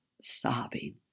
sobbing